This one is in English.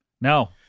No